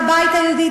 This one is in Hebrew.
בבית היהודי.